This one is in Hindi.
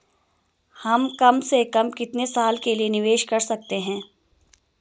हम कम से कम कितने साल के लिए निवेश कर सकते हैं?